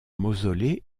mausolée